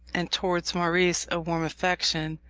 and towards maurice a warm affection.